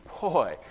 Boy